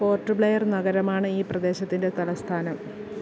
port Blair നഗരമാണ് ഈ പ്രദേശത്തിൻ്റെ തലസ്ഥാനം